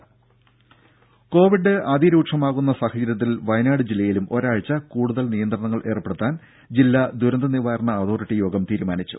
ദേദ കോവിഡ് അതിരൂക്ഷമാകുന്ന സാഹചര്യത്തിൽ വയനാട് ജില്ലയിലും ഒരാഴ്ച കൂടുതൽ നിയന്ത്രണങ്ങൾ ഏർപ്പെടുത്താൻ ജില്ലാ ദുരന്തനിവാരണ അതോറിറ്റിയോഗം തീരുമാനിച്ചു